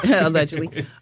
allegedly